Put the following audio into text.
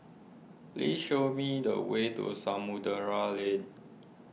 please show me the way to Samudera Lane